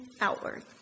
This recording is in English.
outward